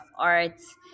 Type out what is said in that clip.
arts